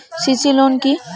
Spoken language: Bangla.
সি.সি লোন কি?